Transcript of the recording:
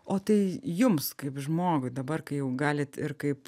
o tai jums kaip žmogui dabar kai jau galit ir kaip